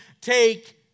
take